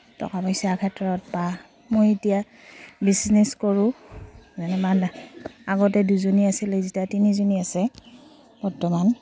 টকা পইচাৰ ক্ষেত্ৰত বা মই এতিয়া বিজনেচ কৰোঁ যেনিবা আগতে দুজনী আছিলে এতিয়া তিনিজনী আছে বৰ্তমান